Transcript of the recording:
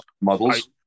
Models